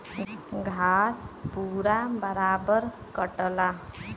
घास पूरा बराबर कटला